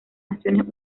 naciones